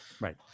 Right